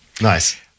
Nice